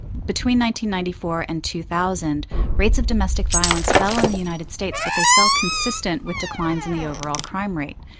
ninety ninety four and two thousand rates of domestic violence fell in the united states but they fell consistent with declines in the overall crime rate.